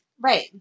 right